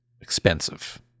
expensive